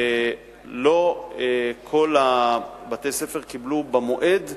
ולא כל בתי-הספר קיבלו את הבחינה במועד,